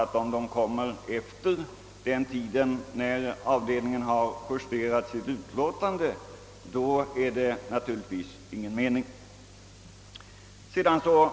Men om de kommer efter det att avdelningen har justerat sitt utlåtande är det naturligtvis meningslöst.